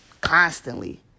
constantly